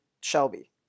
Shelby